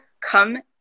come